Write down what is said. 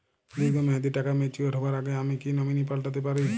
দীর্ঘ মেয়াদি টাকা ম্যাচিউর হবার আগে আমি কি নমিনি পাল্টা তে পারি?